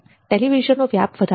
television નો વ્યાપ વધારે છે